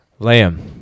Liam